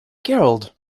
gerald